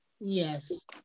Yes